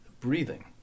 breathing